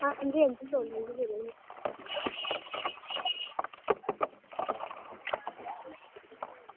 हां हां जी हां जी सोनम गै बोल्लै नी